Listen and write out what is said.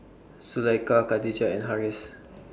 Zulaikha Khadija and Harris